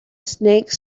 snake